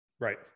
Right